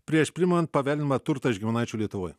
prieš priimant paveldimą turtą iš giminaičių lietuvoj